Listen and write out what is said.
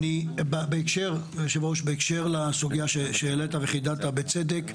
היושב ראש, בהקשר לסוגייה שהעלית וחידדת בצדק.